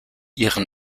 ihren